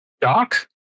Doc